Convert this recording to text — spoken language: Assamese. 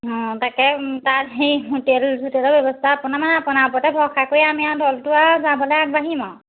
অঁ তাকে তাত হেৰি হোটেল চোটেলৰ ব্যৱস্থা আপোনাৰ ওপৰতে ভৰসা কৰি আমি আৰু দলটো আৰু যাবলে আগবাঢ়িম